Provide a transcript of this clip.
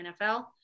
NFL